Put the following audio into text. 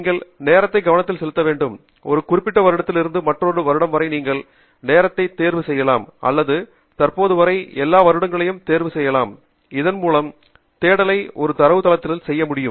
நீங்கள் நேரத்தை கவனத்தில் செலுத்த வேண்டும் ஒரு குறிப்பிட்ட வருடத்தில் இருந்து மற்றொரு வருடம் வரை நீங்கள் நேரத்தை தேர்வு செய்யலாம் அல்லது தற்போது வரை எல்லா வருடங்களையும் தேர்வு செய்யலாம் இதன்மூலம் தேடலை முழு தரவுத்தளத்திலும் செய்ய முடியும்